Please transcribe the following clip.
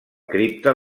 cripta